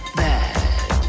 bad